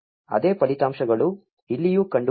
ಅದೇ ಫಲಿತಾಂಶಗಳು ಇಲ್ಲಿಯೂ ಕಂಡುಬರುತ್ತವೆ